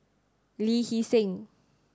Lee Hee Seng